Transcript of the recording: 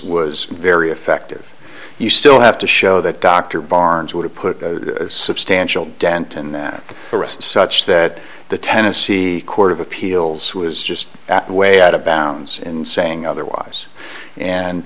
was very effective you still have to show that dr barnes would have put a substantial dent in that such that the tennessee court of appeals was just way out of bounds in saying otherwise and